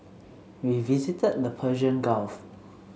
we visited the Persian Gulf